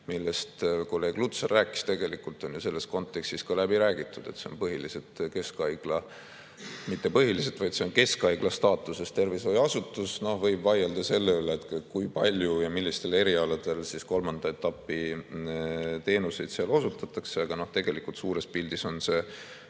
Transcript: millest kolleeg Lutsar rääkis, on selles kontekstis läbi räägitud: see on põhiliselt keskhaigla, mitte põhiliselt, vaid see on keskhaigla staatuses tervishoiuasutus. Võib vaielda selle üle, kui palju ja millistel erialadel kolmanda etapi teenuseid seal osutatakse, aga suures pildis on see